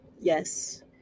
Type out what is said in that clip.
Yes